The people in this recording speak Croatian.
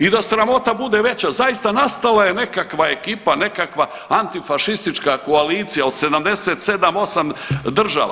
I da sramota bude veća zaista nastala je nekakva ekipa, nekakva antifašistička koalicija od 77-8 država.